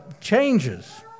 changes